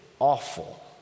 awful